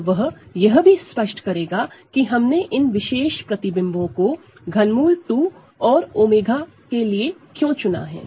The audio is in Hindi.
और वह यह भी स्पष्ट करेगा कि हमने इन विशेष इमेज को ∛ 2 और 𝜔 के लिए क्यों चुना है